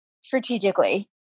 strategically